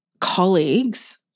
colleagues